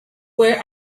where